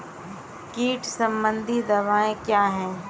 कीट संबंधित दवाएँ क्या हैं?